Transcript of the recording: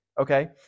okay